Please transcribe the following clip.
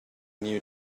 new